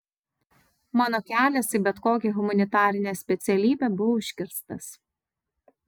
mano kelias į bet kokią humanitarinę specialybę buvo užkirstas